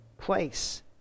place